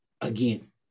again